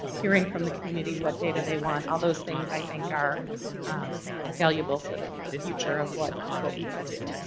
hearing from the community what data they want, all those things i think are valuable for the future of what what we could do.